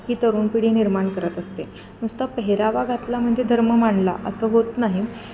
ही तरुण पिढी निर्माण करत असते नुसता पेहरावा घातला म्हणजे धर्म मांडला असं होत नाही